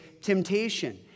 temptation